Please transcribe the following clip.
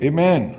Amen